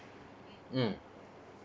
mm